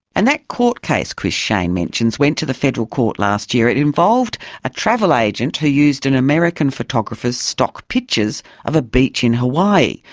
and that court case chris shain mentions went to the federal court last year. it involved a travel agent who used an american photographer's stock pictures of a beach in hawaii,